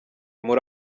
muri